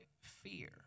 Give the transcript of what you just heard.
fear